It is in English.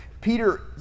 Peter